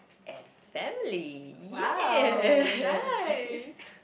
and family !yay!